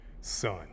son